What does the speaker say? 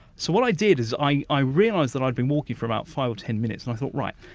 so, what i did is i i realised that i'd been walking for about five or ten minutes and i thought right,